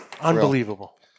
Unbelievable